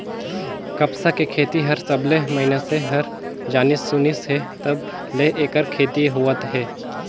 कपसा के खेती हर सबलें मइनसे हर जानिस सुनिस हे तब ले ऐखर खेती होवत हे